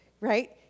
right